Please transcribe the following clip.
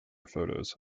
photos